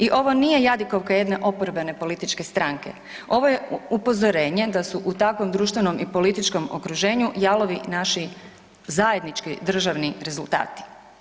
I ovo nije jadikovka jedne oporbene političke stranke, ovo je upozorenje da su u takvom društvenom i političkom okruženju jalovi naši zajednički državni rezultati.